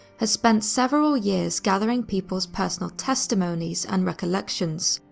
has spent several years gathering people's personal testimonies and recollections,